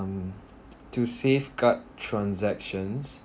um to safeguard transactions